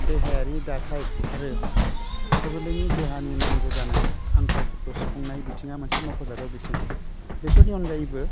देहायारि दाथाइ आरो गथ' गोरलैनि देहानि नांगौ जानाय आंखालफोरखौ सुफुंनाय बिथिङा मोनसे मख'जाथाव बिथिं बेफोरनि अनगायैबो